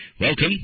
Welcome